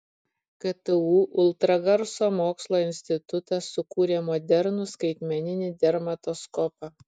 ktu ultragarso mokslo institutas sukūrė modernų skaitmeninį dermatoskopą